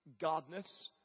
Godness